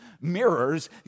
mirrors